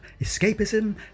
escapism